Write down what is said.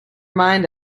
mind